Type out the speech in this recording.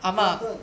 johnathon